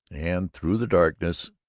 and through the darkness,